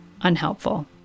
unhelpful